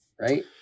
Right